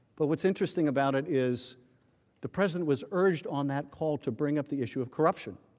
but what's interesting about it is the president was urged on that call to bring up the issue of corruption.